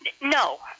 no